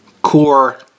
core